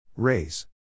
Raise